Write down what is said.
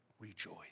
rejoice